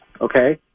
okay